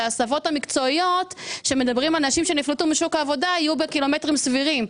שההסבות המקצועיות של אנשים שנפלטו משוק העבודה יהיו בקילומטרים סבירים.